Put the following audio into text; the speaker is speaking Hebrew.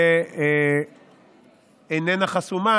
ואיננה חסומה.